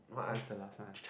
what's the last one